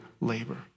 labor